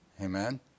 Amen